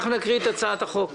נקרא את הצעת החוק.